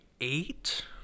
eight